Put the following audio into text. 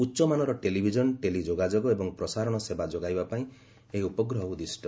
ଉଚ୍ଚମାନର television tele ଯୋଗାଯୋଗ ଏବଂ ପ୍ରସାରଣ ସେବା ଯୋଗାଇବାପାଇଁ ଏହି ଉପଗ୍ରହ ଉଦ୍ଦିଷ୍ଟ